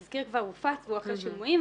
התזכיר כבר הופץ והוא אחרי שימועים.